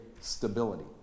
stability